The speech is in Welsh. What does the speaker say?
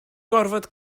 gorfod